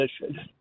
position